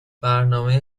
برنامهی